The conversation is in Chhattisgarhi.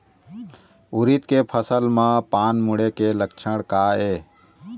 उरीद के फसल म पान मुड़े के लक्षण का ये?